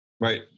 right